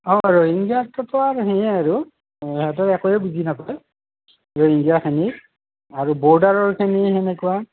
অঁ ৰহিঙ্গীয়াটোতো আৰু ৰহিঙ্গীয়াই আৰু সিহঁতৰ একোৱে বুজি নাপায় ৰহিঙ্গীয়াখিনি আৰু বৰ্ডাৰৰখিনি সেনেকুৱা